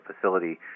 facility